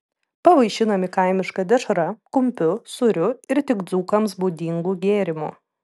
pavaišinami kaimiška dešra kumpiu sūriu ir tik dzūkams būdingu gėrimu